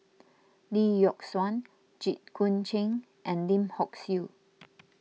Lee Yock Suan Jit Koon Ch'ng and Lim Hock Siew